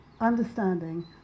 understanding